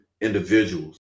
individuals